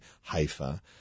Haifa